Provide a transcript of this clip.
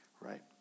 right